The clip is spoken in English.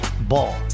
Ball